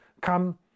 come